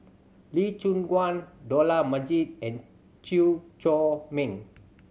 Lee Choon Guan Dollah Majid and Chew Chor Meng